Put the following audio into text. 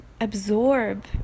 absorb